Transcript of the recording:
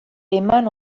eman